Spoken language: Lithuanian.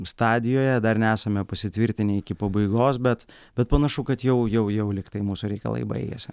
stadijoje dar nesame pasitvirtinę iki pabaigos bet bet panašu kad jau jau jau lygtai mūsų reikalai baigiasi